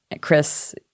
Chris